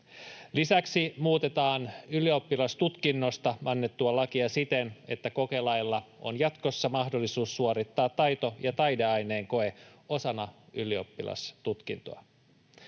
Lisäksi muutetaan ylioppilastutkinnosta annettua lakia siten, että kokelailla on jatkossa mahdollisuus suorittaa taito‑ ja taideaineen koe osana ylioppilastutkintoa.